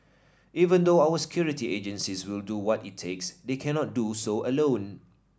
even though our security agencies will do what it takes they cannot do so alone